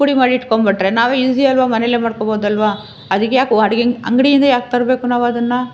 ಪುಡಿ ಮಾಡಿ ಇಟ್ಕೊಂಡ್ಬಿಟ್ರೆ ನಾವು ಈಸಿ ಅಲ್ವಾ ಮನೇಲೇ ಮಾಡಿಕೋಬೋದಲ್ವಾ ಅದಕ್ಕೇಕೆ ಓ ಅಡುಗೆ ಅಂಗಡಿಯಿಂದ ಯಾಕೆ ತರಬೇಕು ನಾವದನ್ನು